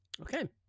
Okay